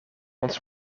ons